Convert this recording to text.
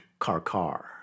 Karkar